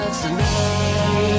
tonight